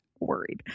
worried